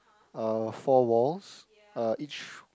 uh four walls uh each